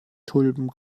tulpen